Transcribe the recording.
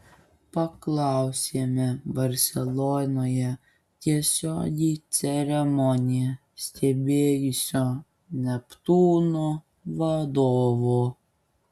paklausėme barselonoje tiesiogiai ceremoniją stebėjusio neptūno vadovo